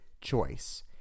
choice